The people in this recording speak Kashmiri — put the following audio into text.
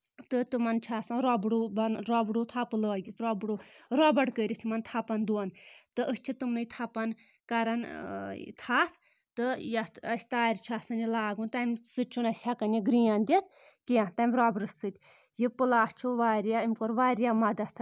تہٕ تِمَن چھِ آسَان ربڑو ربڑو تھپہٕ لٲگِتھ ربڑو ربڑ کٔرِتھ یِمَن تھپَن دۄن تہٕ أسۍ چھِ تٕمنٕے تھپَن کَرَان تپھ تہٕ یَتھ أسۍ تارِ چھِ آسَان یہِ لاگُن تَمہِ سۭتۍ چھُنہٕ اَسہِ ہؠکَان یہِ گرٛیٖن دِتھ کینٛہہ تَمہِ ربرٕ سۭتۍ یہِ پُلاس چھُ واریاہ اَمہِ کوٚر واریاہ مَدَتھ اَسہِ